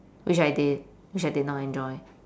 which I did which I did not enjoy